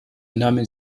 nahmen